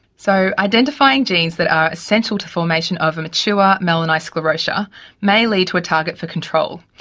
so, identifying genes that are essential to formation of a mature melanised sclerotia may lead to a target for control,